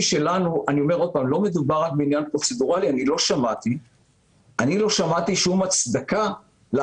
לא שמעתי מאף אחד ברשות המסים ובמשרד הבריאות